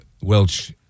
Welsh